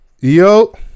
Yo